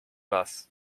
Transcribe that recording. las